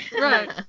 right